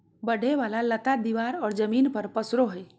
बढ़े वाला लता दीवार और जमीन पर पसरो हइ